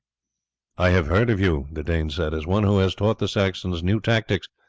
i have heard of you, the dane said, as one who has taught the saxons new tactics,